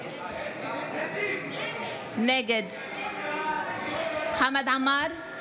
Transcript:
נגד חמד עמאר,